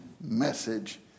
message